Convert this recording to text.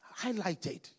highlighted